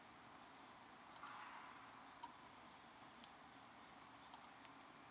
oh p